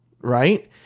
right